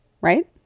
right